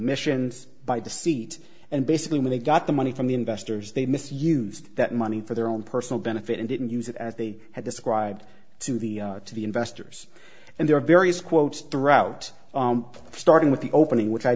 missions by deceit and basically when they got the money from the investors they misused that money for their own personal benefit and didn't use it as they had described to the to the investors and there are various quotes throughout starting with the opening which i